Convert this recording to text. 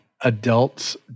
adults